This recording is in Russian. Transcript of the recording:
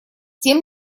тем